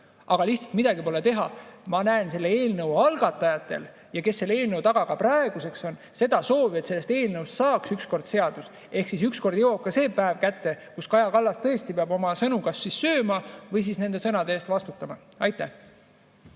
Aga lihtsalt midagi pole teha. Ma näen selle eelnõu algatajate soovi – no nende, kes selle eelnõu taga praeguseks on –, et sellest eelnõust saaks ükskord seadus. Ehk siis ükskord jõuab ka see päev kätte, kus Kaja Kallas tõesti peab oma sõnu sööma või nende sõnade eest vastutama. Eduard